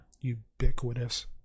Ubiquitous